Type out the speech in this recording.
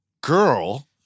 girl